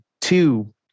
two